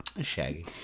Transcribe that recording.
Shaggy